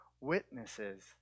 witnesses